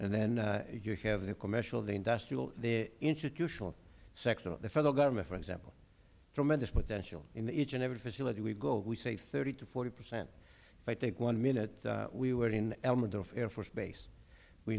and then you have the commercial the industrial the institutional sector the federal government for example tremendous potential in each and every facility we go we save thirty to forty percent if i take one minute we were in elmendorf air force base we